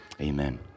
amen